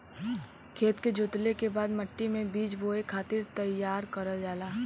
खेत के जोतले के बाद मट्टी मे बीज बोए खातिर तईयार करल जाला